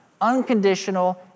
unconditional